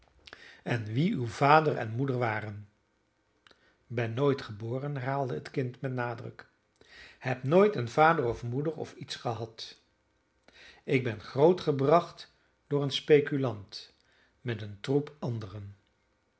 en wie uw vader en moeder waren ben nooit geboren herhaalde het kind met nadruk heb nooit een vader of moeder of iets gehad ik ben grootgebracht door een speculant met een troep anderen